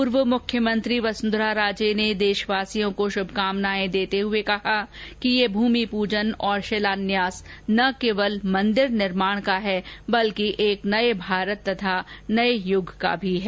पूर्व मुख्यमंत्री वसंधरा राजे ने देशवासियों को शुभकामनाएं देते हुए कहा कि यह भूमि प्रजन और शिलान्यास ना केवल मन्दिर निर्माण का है बल्कि एक नये भारत तथा नये युग का भी है